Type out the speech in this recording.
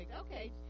Okay